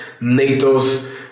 NATO's